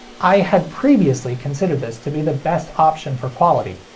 i had previously considered this to be the best option for quality,